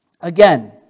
Again